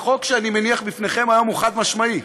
החוק שאני מניח בפניכם היום הוא חד-משמעי: